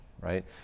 right